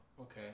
okay